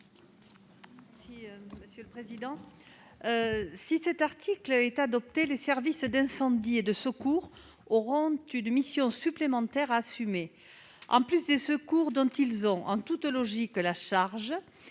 Si cet article est adopté, les services d'incendie et de secours auront une mission supplémentaire à assumer. En plus des secours dont ils ont en toute logique la charge,